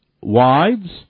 Wives